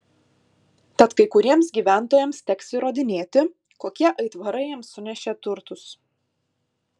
tad kai kuriems gyventojams teks įrodinėti kokie aitvarai jiems sunešė turtus